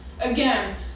Again